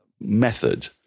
method